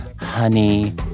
Honey